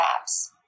maps